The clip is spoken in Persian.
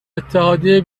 اتحادیه